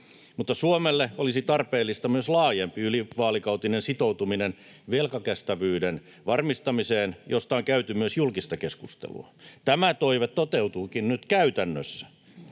mutta Suomelle olisi tarpeellista myös laajempi ylivaalikautinen sitoutuminen velkakestävyyden varmistamiseen, josta on käyty myös julkista keskustelua. Tämä toive toteutuukin nyt käytännössä,